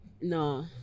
no